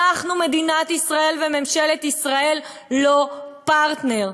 אנחנו, מדינת ישראל, וממשלת ישראל, לא פרטנר.